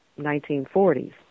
1940s